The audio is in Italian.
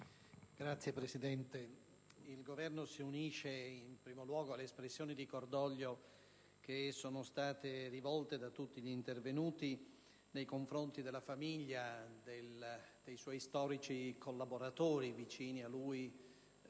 Signor Presidente, il Governo si unisce in primo luogo alle espressioni di cordoglio che sono state rivolte da tutti gli intervenuti nei confronti della famiglia di Gino Giugni, dei suoi storici collaboratori, vicini a lui